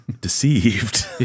Deceived